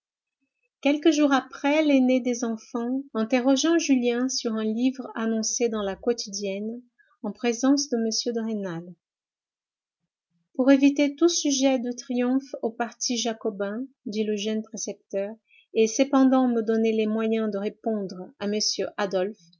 quelques jours après l'aîné des enfants interrogeant julien sur un livre annoncé dans la quotidienne en présence de m de rênal pour éviter tout sujet de triomphe au parti jacobin dit le jeune précepteur et cependant me donner les moyens de répondre à m adolphe